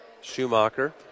Schumacher